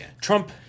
Trump